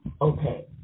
okay